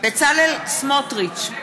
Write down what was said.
בצלאל סמוטריץ,